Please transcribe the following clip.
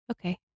Okay